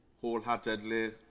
wholeheartedly